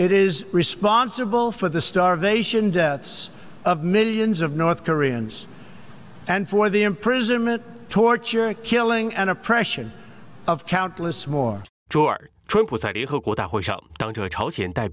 it is responsible for the starvation deaths of millions of north koreans and for the imprisonment torture killing and oppression of countless more short trip without